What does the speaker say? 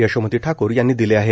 यशोमती ठाकूर यांनी दिले आहेत